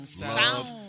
love